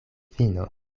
fino